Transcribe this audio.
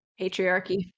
patriarchy